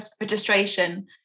registration